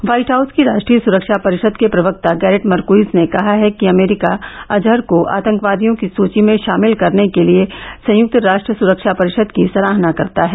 white House की राष्ट्रीय सुरक्षा परिषद के प्रवक्ता गैरिट मर्कइज ने कहा है कि अमरीका अजहर को आतंकवादियों की सूची में शामिल करने के लिए संयुक्त राष्ट्र सुरक्षा परिषद की सराहना करता है